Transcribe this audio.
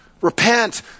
Repent